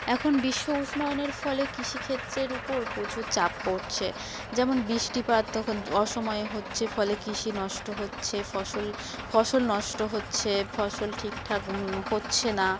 এখন বিশ্ব উষ্ণায়নের ফলে কৃষিক্ষেত্রের উপর প্রচুর চাপ পড়ছে যেমন বৃষ্টিপাত তখন অসময়ে হচ্ছে ফলে কৃষি নষ্ট হচ্ছে ফসল ফসল নষ্ট হচ্ছে ফসল ঠিকঠাক হচ্ছে না